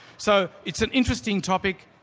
so it's an interesting topic.